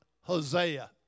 Hosea